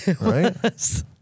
right